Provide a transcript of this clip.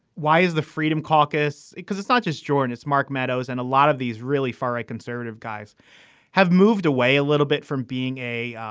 why is the freedom caucus. because it's not just jordan it's mark meadows and a lot of these really far right conservative guys have moved away a little bit from being a